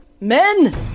Men